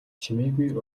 чимээгүй